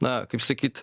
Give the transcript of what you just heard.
na kaip sakyt